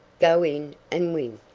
go in and win.